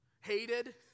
hated